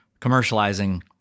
commercializing